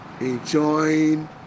Enjoying